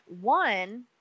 One